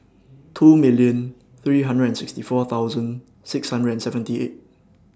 two million three hundred and sixty four thousand six hundred and seventy eight